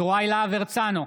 יוראי להב הרצנו,